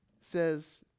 says